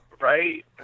Right